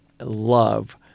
love